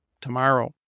tomorrow